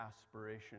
aspiration